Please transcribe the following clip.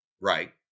right